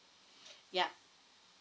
yup